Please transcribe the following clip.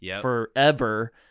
forever